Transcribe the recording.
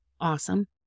Awesome